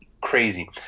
crazy